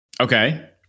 okay